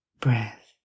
breath